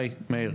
מה נשמע?